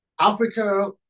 Africa